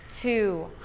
two